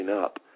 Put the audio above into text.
up